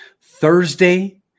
Thursday